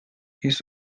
his